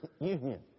Union